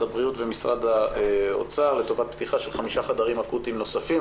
הבריאות ומשרד האוצר לטובת פתיחה של חמישה חדרים אקוטיים נוספים.